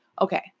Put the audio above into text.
Okay